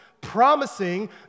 promising